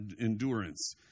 endurance